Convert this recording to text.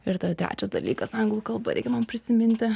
ir tada trečias dalykas anglų kalba reikia man prisiminti